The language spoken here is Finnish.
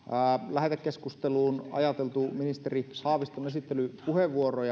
lähetekeskusteluun ajateltu ministeri haaviston esittelypuheenvuoroa